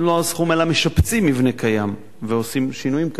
אלא משפצים מבנה קיים ועושים שינויים כאלה ואחרים.